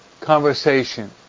conversation